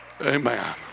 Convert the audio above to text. Amen